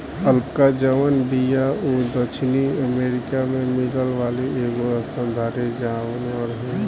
alpaca जवन बिया उ दक्षिणी अमेरिका में मिले वाली एगो स्तनधारी जानवर हिय